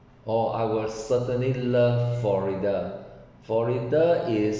oh I will certainly love florida florida is